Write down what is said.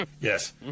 Yes